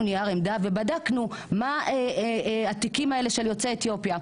נייר עמדה ובדקנו מה התיקים האלה של יוצאי אתיופיה.